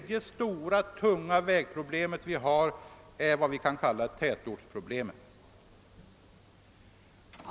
Vad vi med ett gemensamt namn skulle kunna kalla ett tätortsproblem.